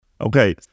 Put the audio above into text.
Okay